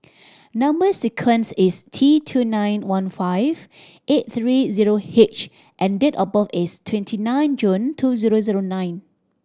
number sequence is T two nine one five eight three zero H and date of birth is twenty nine June two zero zero nine